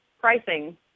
pricing